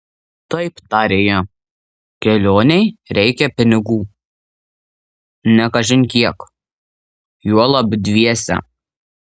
taip tarė ji kelionei reikia pinigų ne kažin kiek juolab dviese